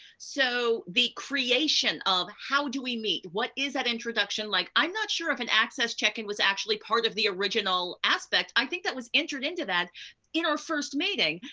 so the creation of how do we meet, what is that introduction like, i'm not sure if an access check-in was actually part of the original aspect, i think that was entered into that in our first meeting.